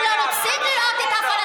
גם אתם לא רוצים לראות את הפלסטינים,